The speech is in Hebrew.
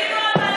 יש חייל מלא.